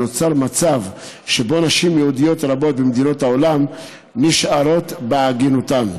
נוצר מצב שבו נשים יהודיות רבות במדינות העולם נשארות בעגינותן.